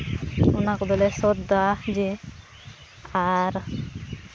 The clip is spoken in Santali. ᱚᱱᱟ ᱠᱚᱫᱚ ᱞᱮ ᱥᱟᱹᱛ ᱮᱫᱟ ᱡᱮ ᱟᱨ